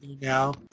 now